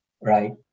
right